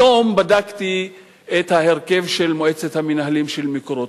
היום בדקתי את ההרכב של מועצת המנהלים של "מקורות".